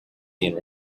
being